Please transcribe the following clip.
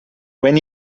when